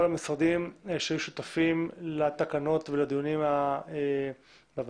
כל המשרדים שהיו שותפים לתקנות ולדיונים בוועדה,